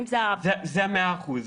זה ה-100%.